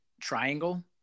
triangle